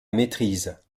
maîtrise